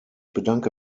bedanke